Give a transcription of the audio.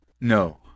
No